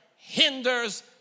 hinders